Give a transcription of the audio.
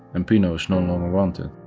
and pino is no longer wanted.